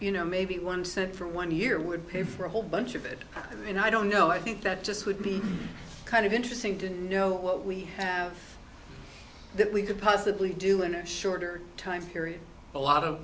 you know maybe one set for one year would pay for a whole bunch of it and i don't know i think that just would be kind of interesting to know what we have that we could possibly do in a shorter time period a lot of